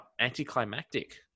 anticlimactic